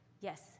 Yes